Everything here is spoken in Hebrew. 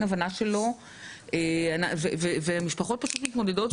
אין הבנה שלו והמשפחות פשוט נאלצות להתמודד,